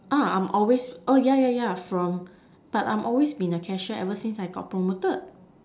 uh I'm always oh yeah yeah yeah from but I'm always been a cashier ever since I got promoted